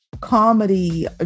Comedy